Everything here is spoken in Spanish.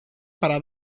para